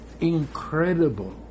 incredible